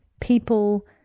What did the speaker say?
people